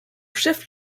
chef